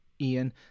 Ian